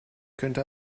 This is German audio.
könnte